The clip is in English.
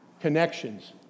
connections